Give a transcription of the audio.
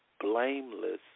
blameless